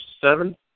seven